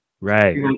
right